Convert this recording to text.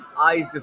Eyes